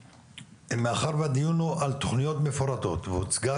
מאחר והדיון הוא על תכוניות מפורטות והוצגה